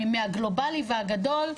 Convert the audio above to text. מהגלובלי והגדול,